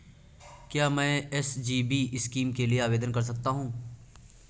क्या मैं SGB scheme के लिए आवेदन कर सकता हूँ?